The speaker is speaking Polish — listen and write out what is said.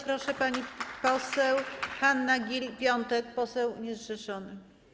Proszę, pani poseł Hanna Gill-Piątek, poseł niezrzeszony.